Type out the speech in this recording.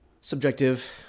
subjective